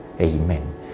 Amen